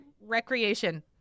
Recreation